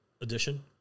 edition